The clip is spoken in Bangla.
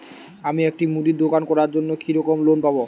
আমি একটি মুদির দোকান করার জন্য কি রকম লোন পাব?